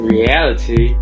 Reality